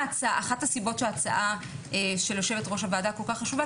אחת הסיבות שההצעה של יושבת-ראש הוועדה כל כך חשובה,